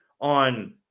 on